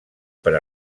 per